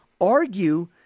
argue